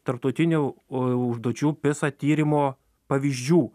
tarptautinių u užduočių pisa tyrimo pavyzdžių